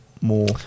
more